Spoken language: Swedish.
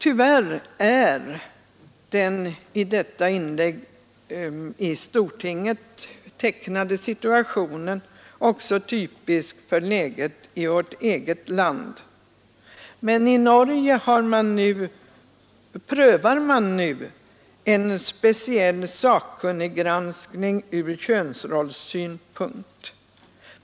Tyvärr är den i detta inlägg i stortinget tecknade situationen också typisk för läget i vårt eget land. Men i Norge prövas nu en speciell sakkunniggranskning ur könsrollssynpunkt.